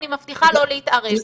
אני מבטיחה לא להתערב.